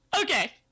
Okay